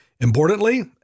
Importantly